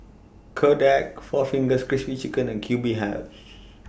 Kodak four Fingers Crispy Chicken and Q B House